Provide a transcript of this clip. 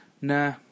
Nah